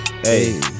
Hey